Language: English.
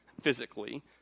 physically